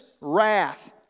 wrath